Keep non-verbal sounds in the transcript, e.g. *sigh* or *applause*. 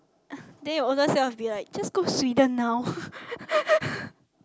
then your older self will be like just go Sweden now *laughs*